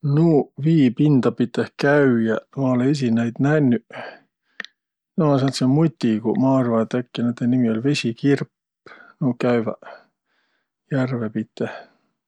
Nuuq vii pinda piteh käüjäq, ma olõ esiq noid nännüq. Nuuq ummaq sääntseq mutigu. Ma arva, et äkki noidõ nimi oll' vesikirp. Nuuq käüväq järve piteh.